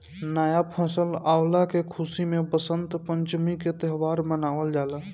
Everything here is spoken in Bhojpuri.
नया फसल अवला के खुशी में वसंत पंचमी के त्यौहार मनावल जाला